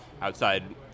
outside